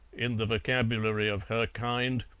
in the vocabulary of her kind,